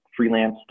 freelanced